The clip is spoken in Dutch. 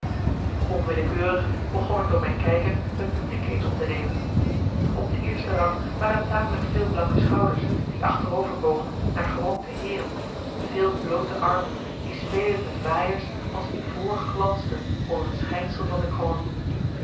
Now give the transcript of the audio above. onwillekeurig begon ik door mijn kijker het publiek eens op te nemen op de eerste rang waren tamelijk veel blanke schouders die achterover bogen naar gerokte heeren veel bloote armen die spelend met waaiers als ivoor glansden onder het schijnsel van de kroon